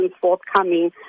forthcoming